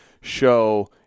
show